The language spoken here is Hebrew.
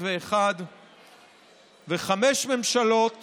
וחמש ממשלות